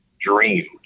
dream